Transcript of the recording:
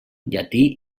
llatí